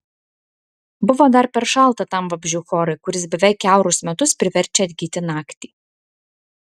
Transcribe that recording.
buvo dar per šalta tam vabzdžių chorui kuris beveik kiaurus metus priverčia atgyti naktį